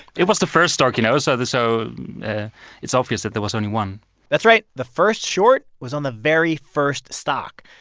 it was the first stock, you know, so so it's obvious that there was only one that's right. the first short was on the very first stock.